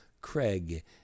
Craig